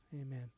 Amen